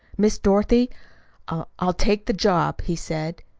miss dorothy, i i'll take the job, he said.